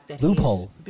Loophole